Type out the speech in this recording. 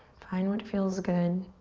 find what feels good.